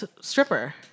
stripper